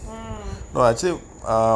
mm